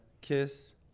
kiss